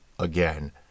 Again